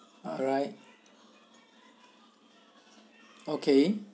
alright okay